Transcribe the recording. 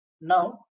Now